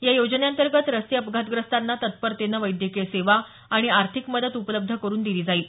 या योजने अंतर्गत रस्ते अपघातग्रस्तांना तत्परतेने वैद्यकीय सेवा आणि आर्थिक मदत उपलब्ध करून दिली जाईल